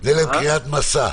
ניתן להם קריאת מסע.